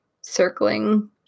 circling